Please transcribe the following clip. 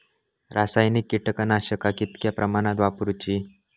रासायनिक कीटकनाशका कितक्या प्रमाणात वापरूची?